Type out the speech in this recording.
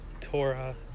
Torah